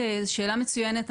זו שאלה מצוינת.